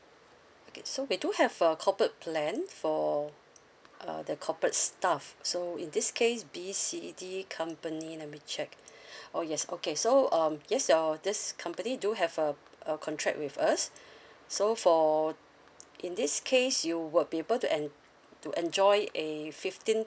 okay so we do have a corporate plan for uh the corporate staff so in this case B C D company let me check oh yes okay so um yes your this company do have ( a contract with us so for in this case you would be able to to enjoy a fifteen